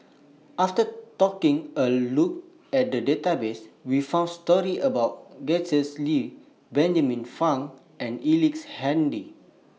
after taking A Look At The Database We found stories about Gretchen Liu Benjamin Frank and Ellice Handy